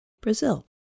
Brazil